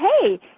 hey